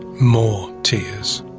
more tears.